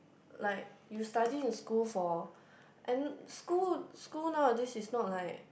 like you study in school for and school school nowadays is not like